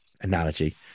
analogy